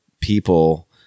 people